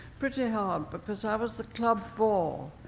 pretty hard, but because i was the club bore.